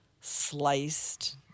sliced